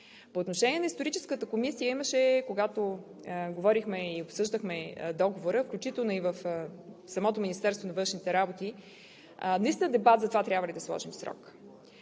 по отношение на нея имаше, когато говорихме и обсъждахме Договора, включително в самото Министерство на външните работи, наистина дебат за това трябва ли да сложим срок.